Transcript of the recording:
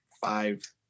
five